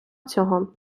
цього